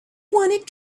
want